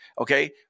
Okay